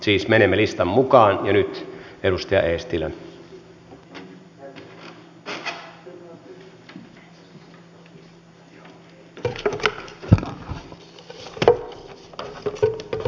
siis menemme listan mukana ja nyt edustaja eestilä